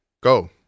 go